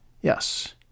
Yes